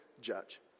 judge